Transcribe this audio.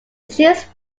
achieves